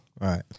Right